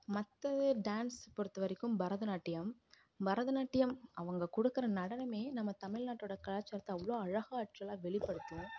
மற்றது டான்ஸ் பொறுத்த வரைக்கும் பரதநாட்டியம் பரதநாட்டியம் அவங்க கொடுக்கற நடனமே நம்ம தமிழ்நாட்டோடய கலாச்சாரத்தை அவ்வளோ அழகாற்றலாக வெளிப்படுத்தும்